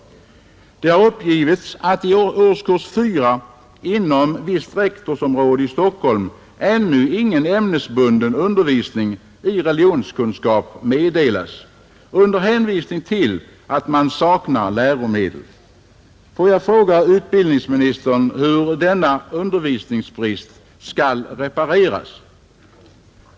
Det har uppgivits att i årskurs 4 inom visst rektorsområde i Stockholm ännu ingen ämnesbunden undervisning i religionskunskap meddelats under hänvisning till att man saknar läromedel. Får jag fråga utbildningsministern hur denna undervisningsbrist skall repareras?